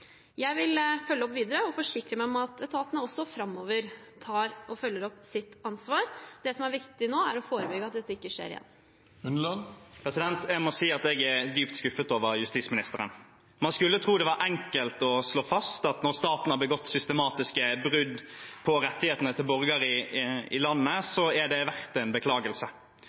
Jeg vil følge opp videre og forsikre meg om at etatene også framover tar og følger opp sitt ansvar. Det som er viktig nå, er å forebygge at dette ikke skjer igjen. Jeg må si at jeg er dypt skuffet over justisministeren. Man skulle tro det var enkelt å slå fast at når staten har begått systematiske brudd på rettighetene til borgere i landet, er det verdt en beklagelse